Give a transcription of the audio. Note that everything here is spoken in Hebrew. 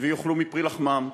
יאכלו מפרי לחמם,